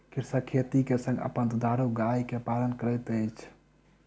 कृषक खेती के संग अपन दुधारू गाय के पालन करैत अछि